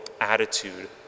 attitude